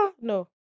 No